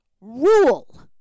rule